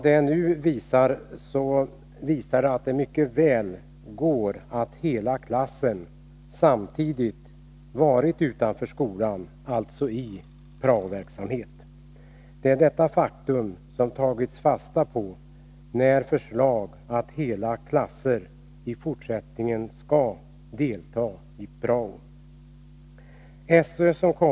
Det visar att lärarna har kunnat sysselsättas samtidigt som hela klassen varit ute i prao-verksamhet. Det är detta man har tagit fasta på när man har föreslagit att hela klasser i fortsättningen samtidigt skall delta i prao-verksamheten.